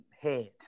head